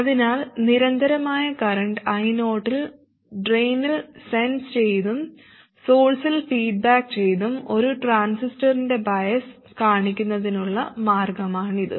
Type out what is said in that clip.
അതിനാൽ നിരന്തരമായ current I0 ൽ ഡ്രെയിനിൽ സെൻസ് ചെയ്തും സോഴ്സിൽ ഫീഡ്ബാക്ക് ചെയ്തും ഒരു ട്രാൻസിസ്റ്ററിന്റെ ബയസ് കാണിക്കുന്നതിനുള്ള മാർഗ്ഗമാണിത്